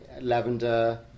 Lavender